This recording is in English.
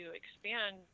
expand